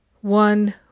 one